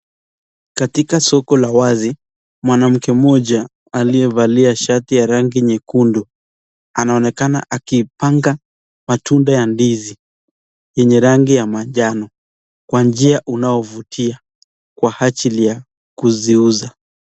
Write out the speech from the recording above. Katika soko la wazi, mwanamke mmoja aliyevalia shati ya rangi nyekundu. Anaonekana akipanga matunda ya ndizi yenye rangi ya manjano kwa njia unaovutia kwa ajili ya kuziuza.